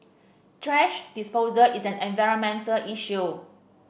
thrash disposal is an environmental issue